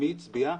ומי הצביע?